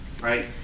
Right